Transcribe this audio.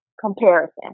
comparison